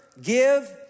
give